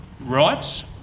rights